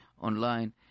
online